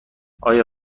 آیا